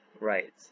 right